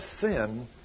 sin